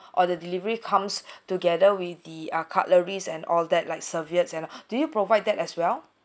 uh the delivery comes together with the uh cutleries and all that like serviette and all do you provide that as well